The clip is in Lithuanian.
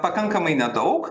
pakankamai nedaug